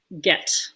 get